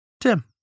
Tim